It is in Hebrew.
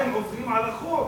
אתם עוברים על החוק.